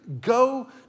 go